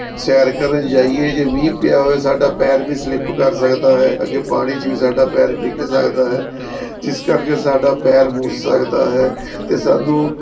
ਸੈਰ ਕਰਨ ਜਾਈਏ ਜੇ ਮੀਂਹ ਪਿਆ ਹੋਵੇ ਸਾਡਾ ਪੈਰ ਵੀ ਸਲਿੱਪ ਕਰ ਸਕਦਾ ਹੈ ਅੱਗੇ ਪਾਣੀ 'ਚ ਵੀ ਸਾਡਾ ਪੈਰ ਡਿੱਗ ਸਕਦਾ ਹੈ ਜਿਸ ਕਰਕੇ ਸਾਡਾ ਪੈਰ ਮੁੱਚ ਸਕਦਾ ਹੈ ਅਤੇ ਸਾਨੂੰ